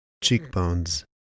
Cheekbones